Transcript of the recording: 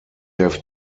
have